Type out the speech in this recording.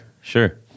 Sure